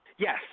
Yes